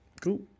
Cool